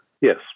Yes